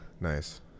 Nice